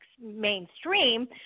mainstream